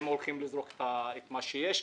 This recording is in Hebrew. אם הולכים לזרוק את מה שיש.